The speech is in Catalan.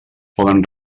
poden